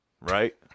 right